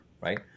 right